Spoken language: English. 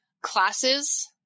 classes